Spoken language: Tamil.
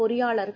பொறியாளர்கள்